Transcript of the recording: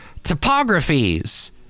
Topographies